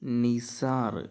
Nisar